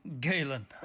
Galen